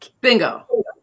Bingo